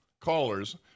callers